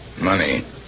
Money